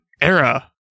Era